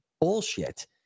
bullshit